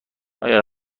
آیا